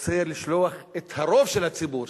רוצה לשלוח את הרוב של הציבור,